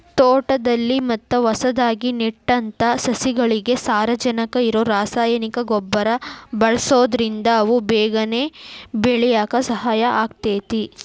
ತೋಟದಲ್ಲಿ ಮತ್ತ ಹೊಸದಾಗಿ ನೆಟ್ಟಂತ ಸಸಿಗಳಿಗೆ ಸಾರಜನಕ ಇರೋ ರಾಸಾಯನಿಕ ಗೊಬ್ಬರ ಬಳ್ಸೋದ್ರಿಂದ ಅವು ಬೇಗನೆ ಬೆಳ್ಯಾಕ ಸಹಾಯ ಆಗ್ತೇತಿ